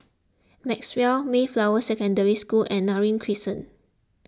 Maxwell Mayflower Secondary School and Neram Crescent